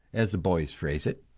as the boys phrase it!